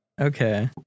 Okay